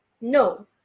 no